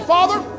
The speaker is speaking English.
Father